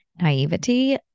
naivety